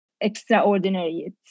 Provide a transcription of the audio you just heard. extraordinary